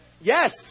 Yes